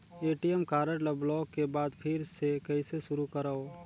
ATM card ल block के बाद फिर ले कइसे शुरू करव?